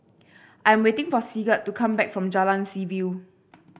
I am waiting for Sigurd to come back from Jalan Seaview